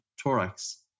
thorax